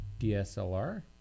DSLR